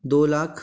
दो लाख